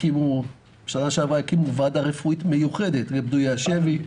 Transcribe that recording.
בשנה שעברה הקימו ועדה רפואית מיוחדת לפדויי השבי.